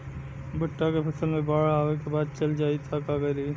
भुट्टा के फसल मे बाढ़ आवा के बाद चल जाई त का करी?